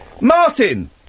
Martin